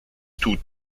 tut